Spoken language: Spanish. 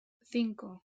cinco